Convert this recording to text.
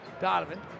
Donovan